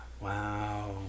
Wow